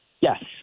Yes